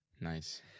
nice